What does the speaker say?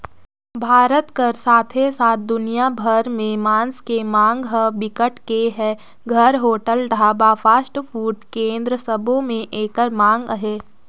भारत कर साथे साथ दुनिया भर में मांस के मांग ह बिकट के हे, घर, होटल, ढाबा, फास्टफूड केन्द्र सबो में एकर मांग अहे